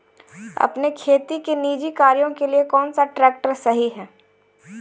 अपने खेती के निजी कार्यों के लिए कौन सा ट्रैक्टर सही है?